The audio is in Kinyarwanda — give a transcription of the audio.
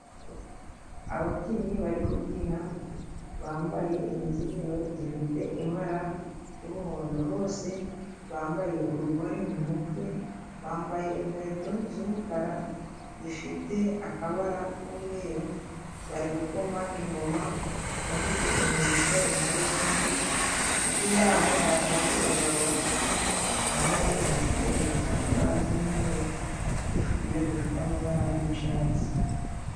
Ababyinnyi bari kubyina bambaye imikenyero zifite ibara ry'umuhondo hose, bambaye urugori mu mutwe, bambaye inkweto z'umukara zifite akabara k'umweru, bari gukoma ingoma bafite imirisho impande zombi, hirya yaho hari abandi bagabo bari kumwe bambaye imikenyero zifite amabara g'umweru n'dupira dufite amabara g'icatsi.